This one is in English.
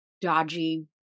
dodgy